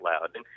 loud